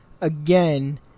Again